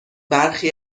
برخی